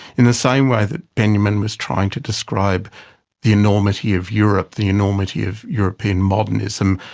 in the same way that benjamin was trying to describe the enormity of europe, the enormity of european modernism,